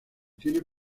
tiene